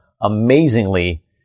amazingly